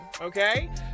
Okay